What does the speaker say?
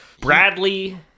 Bradley